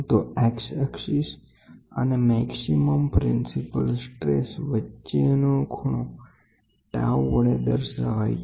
તો x અક્ષ અને મહત્તમ પ્રિન્સિપલ સ્ટ્રેસ વચ્ચેનો ખૂણો તઉ વડે દર્શાવાઈ છે